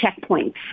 checkpoints